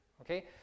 Okay